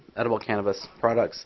and but cannabis products